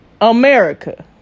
America